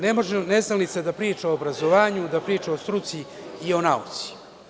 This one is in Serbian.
Ne može neznalica da priča o obrazovanju, da priča o struci i o nauci.